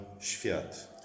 świat